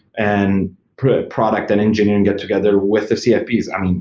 and product and engineering get together with the cfps. i mean,